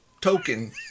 Token